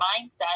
mindset